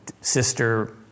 sister